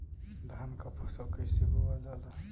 धान क फसल कईसे बोवल जाला?